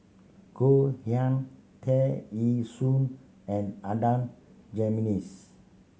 Goh Yihan Tear Ee Soon and Adan Jimenez